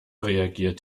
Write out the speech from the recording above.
reagiert